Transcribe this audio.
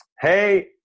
Hey